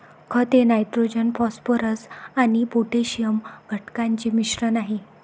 खत हे nitrogen phosphorus आणि पोटॅशियम घटकांचे मिश्रण आहे